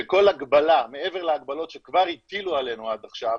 שכל הגבלה מעבר להגבלות שכבר הטילו עלינו עד עכשיו,